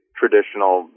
traditional